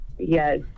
yes